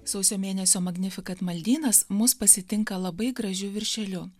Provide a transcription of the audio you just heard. sausio mėnesio magnifikat maldynas mus pasitinka labai gražiu viršeliu